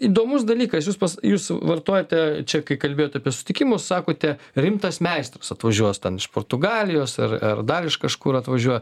įdomus dalykas jūs pas jūs vartojote čia kai kalbėjot apie susitikimus sakote rimtas meistras atvažiuos ten iš portugalijos ar ar dar iš kažkur atvažiuoja